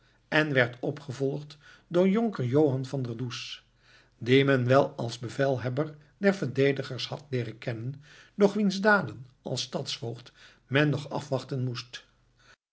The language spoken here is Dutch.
en werd opgevolgd door jonker johan van der does dien men wel als bevelhebber der verdedigers had leeren kennen doch wiens daden als stadsvoogd men nog afwachten moest